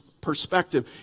perspective